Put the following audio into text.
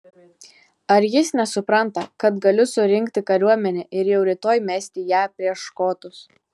ar jis nesupranta kad galiu surinkti kariuomenę ir jau rytoj mesti ją prieš škotus